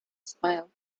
smiled